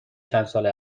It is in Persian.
چندسال